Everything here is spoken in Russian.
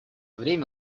время